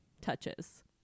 touches